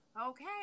okay